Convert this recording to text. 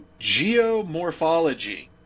geomorphology